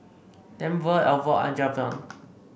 Denver Alford and Javion